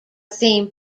theme